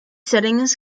settings